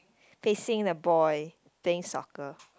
facing the boy playing soccer